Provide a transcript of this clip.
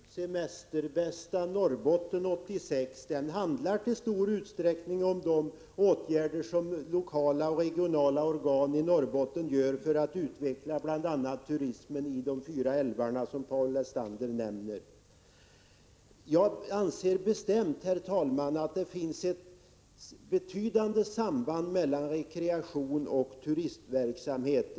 Herr talman! Jag vill visa den här broschyren, Paul Lestander. Den heter Semesterbästa Norrbotten 86. Den handlar i stor utsträckning om de åtgärder som lokala och regionala organ i Norrbotten vidtar för att utveckla bl.a. turismen kring de fyra älvar som Paul Lestander nämnde. Det finns faktiskt ett betydande samband mellan rekreationsoch turistverksamhet.